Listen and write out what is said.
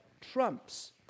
trumps